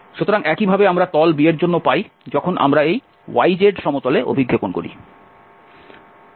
সুতরাং একইভাবে আমরা তল B এর জন্য পাই যখন আমরা এই yz সমতলে অভিক্ষেপণ করি